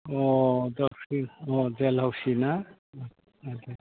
अ देलहाउसि ना आच्चा